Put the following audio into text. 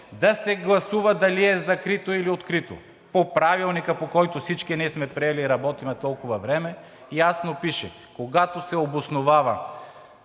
да се гласува дали е закрито, или открито! По Правилника, който всички ние сме приели и работим толкова време, ясно пише: когато се обосновава